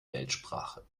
weltsprache